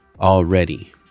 already